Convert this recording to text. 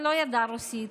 נוגה לא ידעה רוסית.